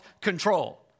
control